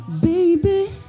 Baby